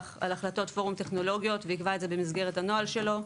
על החלטות פורום טכנולוגיות ויקבע את זה במסגרת הנוהל שלו.